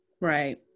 Right